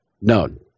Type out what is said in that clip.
None